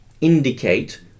indicate